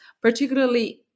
particularly